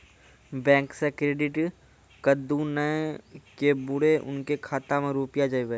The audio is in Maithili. बैंक से क्रेडिट कद्दू बन के बुरे उनके खाता मे रुपिया जाएब?